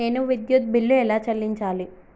నేను విద్యుత్ బిల్లు ఎలా చెల్లించాలి?